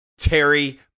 Terry